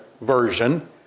version